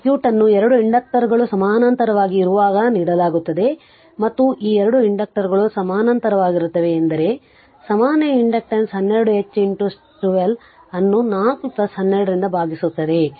ಈ ಸರ್ಕ್ಯೂಟ್ ಅನ್ನು 2 ಇಂಡಕ್ಟರುಗಳು ಸಮಾನಾಂತರವಾಗಿ ಇರುವಾಗ ನೀಡಲಾಗುತ್ತದೆ ಮತ್ತು ಈ 2 ಇಂಡಕ್ಟರುಗಳು ಸಮಾನಾಂತರವಾಗಿರುತ್ತವೆ ಎಂದರೆ ಸಮಾನ ಇಂಡಕ್ಟನ್ಸ್ 12 H 12 ಅನ್ನು 4 ಪ್ಲಸ್ 12 ರಿಂದ ಭಾಗಿಸುತ್ತದೆ